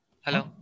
hello